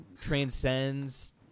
transcends